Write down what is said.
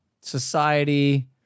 Society